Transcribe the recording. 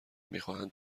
میخواهند